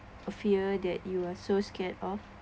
a fear that you are so scared of